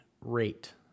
rate